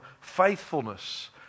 faithfulness